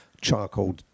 charcoal